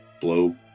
blow